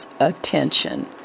attention